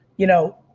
you know,